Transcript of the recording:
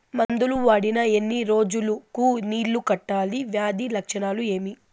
మందులు వాడిన ఎన్ని రోజులు కు నీళ్ళు కట్టాలి, వ్యాధి లక్షణాలు ఏమి?